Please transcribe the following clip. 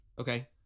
Okay